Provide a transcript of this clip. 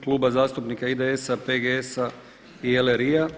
Kluba zastupnika IDS-a, PGS-a i LRI-a.